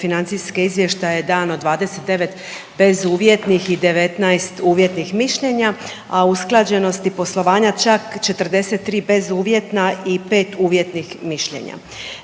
financijske izvještaje dano 29 bezuvjetnih i 19 uvjetnih mišljenja, a usklađenosti poslovanja čak 43 bezuvjetna i 5 uvjetnih mišljenja.